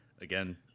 again